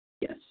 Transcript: yes